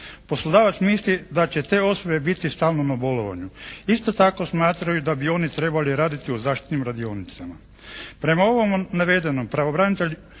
Poslodavac misli da će te osobe biti stalno na bolovanju. Isto tako, smatraju da bi oni trebali raditi u zaštitnim radionicama. Prema ovom navedenom pravobranitelj